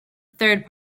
third